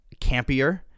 campier